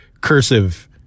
Cursive